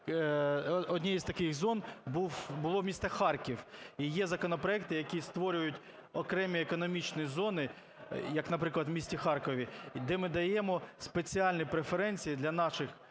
однією з таких зон було місто Харків. І є законопроекти, які створюють окремі економічні зони, як наприклад, у місті Харкові, де ми даємо спеціальні преференції для наших